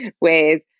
ways